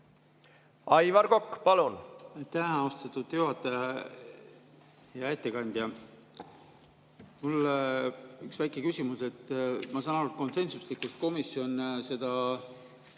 Aivar Kokk, palun!